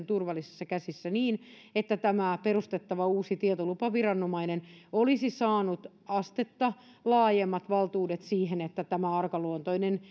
turvallisissa käsissä niin että tämä perustettava uusi tietolupaviranomainen olisi saanut astetta laajemmat valtuudet siihen että tämä arkaluontoinen